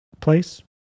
place